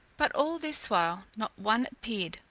but all this while not one appeared,